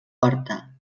horta